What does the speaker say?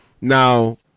Now